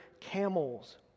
camels